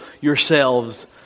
yourselves